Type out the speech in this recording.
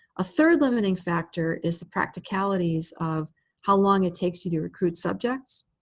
a third limiting factor is the practicalities of how long it takes you to recruit subjects.